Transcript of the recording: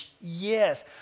Yes